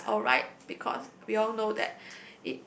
that is alright because we all know that